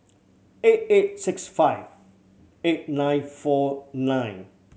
eight eight six five eight nine four nine